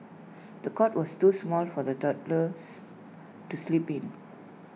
the cot was too small for the toddlers to sleep in